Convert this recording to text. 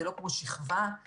זה לא כמו שכבה, למשל.